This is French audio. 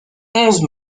onze